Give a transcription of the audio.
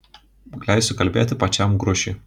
leisiu kalbėti pačiam grušiui